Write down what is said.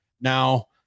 Now